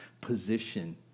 position